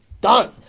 done